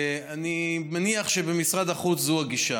אני מניח שבמשרד החוץ זו הגישה.